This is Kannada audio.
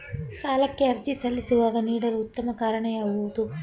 ಸಾಲಕ್ಕೆ ಅರ್ಜಿ ಸಲ್ಲಿಸುವಾಗ ನೀಡಲು ಉತ್ತಮ ಕಾರಣ ಯಾವುದು?